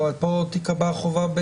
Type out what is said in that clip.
פה תיקבע חובה.